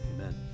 Amen